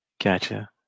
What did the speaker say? Gotcha